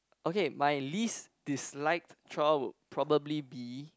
okay my least disliked chore would probably be